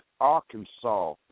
Arkansas